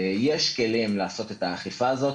יש כלים לעשות את האכיפה הזאת,